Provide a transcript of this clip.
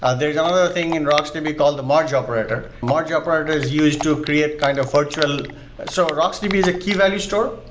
ah there is um another thing in rocksdb called the merge operator. merge operator is used to create kind of virtual so rocksdb is a key-value store.